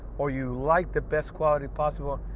or you like the best quality possible,